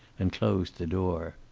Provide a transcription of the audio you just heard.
and closed the door.